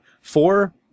Four